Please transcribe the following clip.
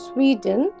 Sweden